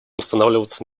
останавливаться